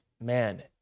man